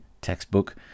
textbook –